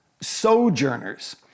sojourners